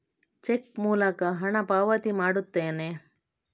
check ಮೂಲಕ ಹಣ ಪಾವತಿ ಮಾಡುತ್ತೇನೆ